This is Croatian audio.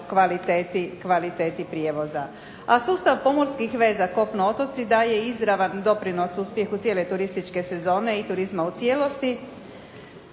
kvaliteti prijevoza. A sustav pomorskih veza kopno-otoci daje izravan doprinos uspjehu cijele turističke sezone i turizma u cijelosti.